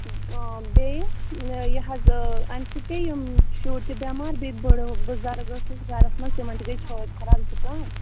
بیٚیہِ یہِ یہِ حظ اَمہِ سۭتۍ پیٚیہِ یِم شُرۍ تہِ بٮ۪مار بیٚیہِ بُڑٕ بُزَرٕگ ٲسۍ اَسہِ گَرَس منٛز تِمَن تہِ گٔے چھٲتۍ خراب زُکام